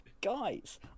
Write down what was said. Guys